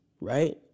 right